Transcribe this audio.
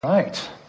right